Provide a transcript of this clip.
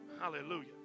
Hallelujah